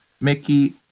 Mickey